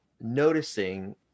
noticing